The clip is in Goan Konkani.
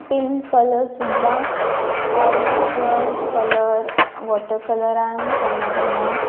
पेंट कलर सुद्दां ऑयल पिक्चर कलर वॉटर कलरान केन्ना केन्ना